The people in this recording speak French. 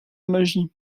magie